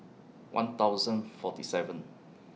one thousand forty seven